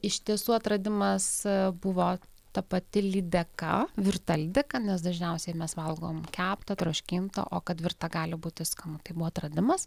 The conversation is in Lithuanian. iš tiesų atradimas buvo ta pati lydeka virta lydeka nes dažniausiai mes valgom keptą troškintą o kad virta gali būti skanu tai buvo atradimas